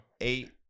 Eight